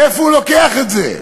מאיפה הוא לוקח את זה?